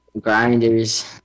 Grinders